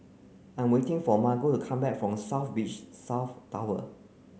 I'am waiting for Margo come back from South Beach South Tower